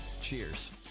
Cheers